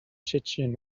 chechen